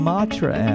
Matra